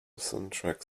soundtrack